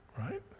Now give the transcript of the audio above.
Right